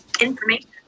information